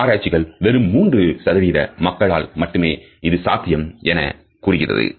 ஆராய்ச்சிகள் வெறும் மூன்று சதவீத மக்களால் மட்டுமே இது சாத்தியம் எனக் கூறுகிறது